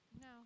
No